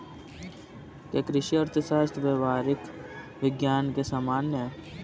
क्या कृषि अर्थशास्त्र व्यावहारिक विज्ञान के समान है?